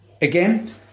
Again